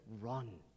run